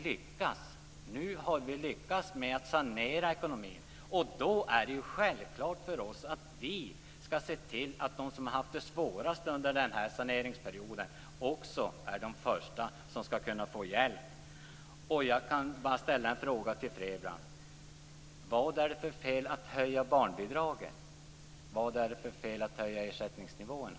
Ja, nu har vi lyckats med att sanera ekonomin och då är det självklart för oss att vi skall se till att de som har haft det svårast under saneringsperioden också skall vara de första som får hjälp. Jag kan bara ställa en fråga till Frebran: Vad är det för fel med att höja barnbidraget, vad är det för fel att höja ersättningsnivåerna?